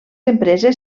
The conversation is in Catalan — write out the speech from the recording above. empreses